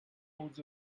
holds